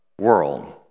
world